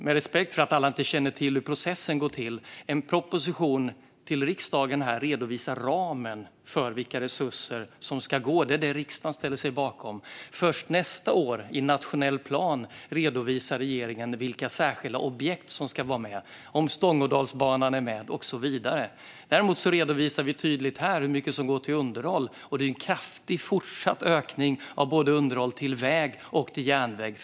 Med respekt för att alla inte känner till hur processen går till: En proposition till riksdagen redovisar ramen för vilka resurser som ska gå till detta. Det är vad riksdagen ställer sig bakom. Först nästa år redovisar regeringen i den nationella planen vilka särskilda objekt som ska vara med, det vill säga om till exempel Stångådalsbanan är med. Däremot redovisar vi här hur mycket som ska gå till underhåll. Det blir en kraftig, fortsatt ökning av underhåll både till väg och järnväg.